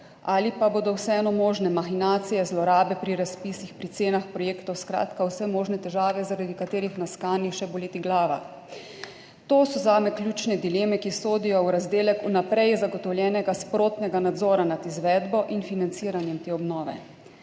ali pa bodo vseeno možne mahinacije, zlorabe pri razpisih, pri cenah projektov, skratka, vse možne težave, zaradi katerih nas kani še boleti glava? To so zame ključne dileme, ki sodijo v razdelek vnaprej zagotovljenega sprotnega nadzora nad izvedbo in financiranjem te obnove.